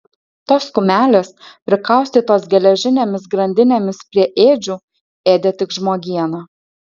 tos kumelės prikaustytos geležinėmis grandinėmis prie ėdžių ėdė tik žmogieną